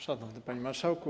Szanowny Panie Marszałku!